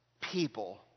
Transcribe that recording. people